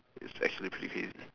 is actually pretty crazy